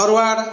forward